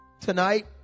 Tonight